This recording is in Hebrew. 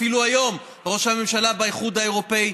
אפילו היום ראש הממשלה באיחוד האירופי.